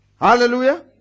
hallelujah